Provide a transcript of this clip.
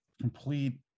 complete